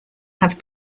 have